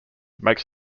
makes